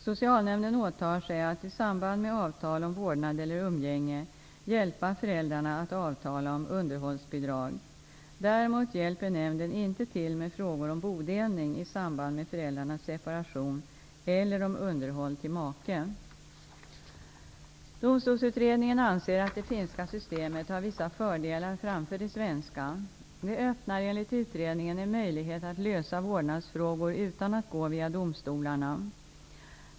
Socialnämnden åtar sig att i samband med avtal om vårdnad eller umgänge hjälpa föräldrarna att avtala om underhållsbidrag. Däremot hjälper nämnden inte till med frågor om bodelning i samband med föräldrarnas separation eller om underhåll till make. Domstolsutredningen anser att det finska systemet har vissa fördelar framför det svenska. Det öppnar enligt utredningen en möjlighet att lösa vårdnadsfrågor utan att gå via domstolarna.